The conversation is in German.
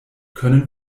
können